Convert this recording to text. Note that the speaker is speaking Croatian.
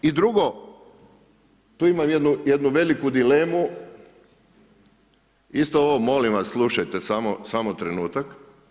I drugo, tu imam jednu veliku dilemu isto ovo molim vas slušajte samo trenutak.